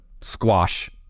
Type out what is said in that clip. squash